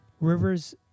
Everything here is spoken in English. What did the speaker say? Rivers